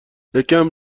یکم